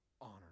honor